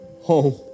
home